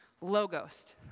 Logos